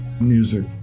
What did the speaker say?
music